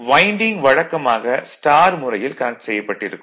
winding வழக்கமாக star Star Y முறையில் connect செய்யப்பட்டிருக்கும்